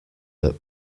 that